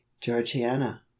georgiana